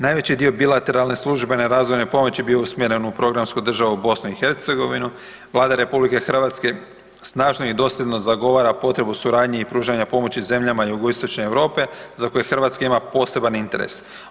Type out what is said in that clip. Najveći dio bilateralne službene razvojne pomoći bio je usmjeren u programsku državu BiH, Vlada RH snažno i dosljedno zagovara potrebu suradnje i pružanja pomoći zemljama jugoistočne Europe za koje Hrvatska ima poseban interes.